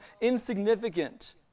insignificant